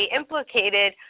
implicated